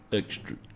extra